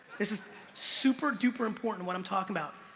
this is super, duper important, what i'm talking about.